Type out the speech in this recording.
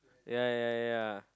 ya ya ya